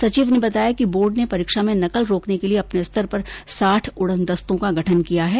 सचिव ने बताया कि बोर्ड ने परीक्षा में नकल रोकने के लिए अपने स्तर पर साठ उड़न दस्तों का गठन किया है